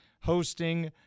hosting